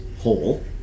hole